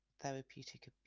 Therapeutic